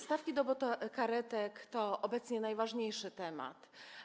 Stawki dobokaretek to obecnie najważniejszy temat.